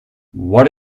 what